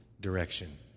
direction